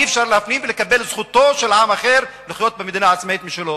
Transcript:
אי-אפשר להפנים ולקבל את זכותו של עם אחר לחיות במדינה עצמאית משלו?